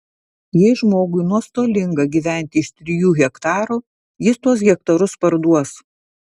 jei žmogui nuostolinga gyventi iš trijų hektarų jis tuos hektarus parduos